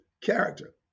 character